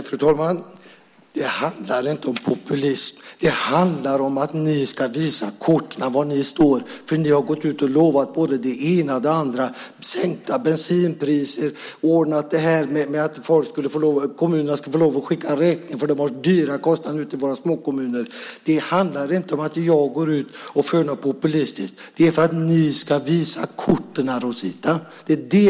Fru talman! Det handlar inte om populism, utan det handlar om att ni ska visa korten om var ni står. Ni har lovat både det ena och det andra - sänkta bensinpriser och att kommunerna ska få skicka räkningar. Småkommunerna har höga kostnader. Det handlar inte om att jag för ut något populistiskt. Det handlar om att ni ska visa korten, Rosita. I morgon kl.